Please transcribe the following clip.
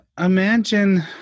imagine